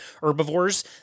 Herbivores